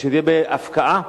שיהיה בהפקעה,